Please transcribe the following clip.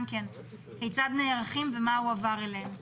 כיצד נערכים ומה הועבר אליהם?